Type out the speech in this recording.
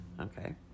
Okay